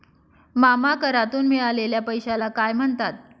मामा करातून मिळालेल्या पैशाला काय म्हणतात?